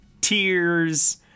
tears